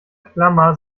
klammer